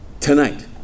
tonight